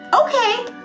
Okay